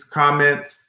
comments